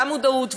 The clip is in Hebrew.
גם מודעות,